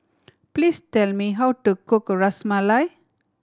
please tell me how to cook Ras Malai